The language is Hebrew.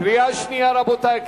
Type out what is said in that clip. קריאה שנייה, רבותי.